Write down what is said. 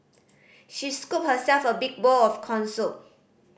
she scooped herself a big bowl of corn soup